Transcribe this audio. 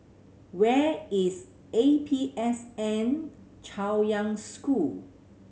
where is A P S N Chaoyang School